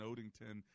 Odington